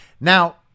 Now